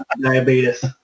diabetes